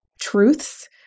truths